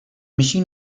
machine